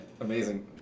amazing